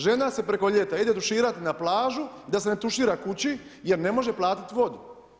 Žena se preko ljeta ide tuširati na plažu da se ne tušira kući jer ne može platit vodu.